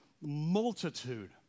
multitude